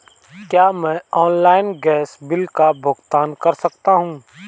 क्या मैं online gas bill का भुगतान कर सकता हूँ?